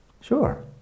Sure